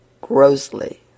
Grossly